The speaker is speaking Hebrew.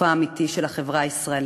פרצופה האמיתי של החברה הישראלית,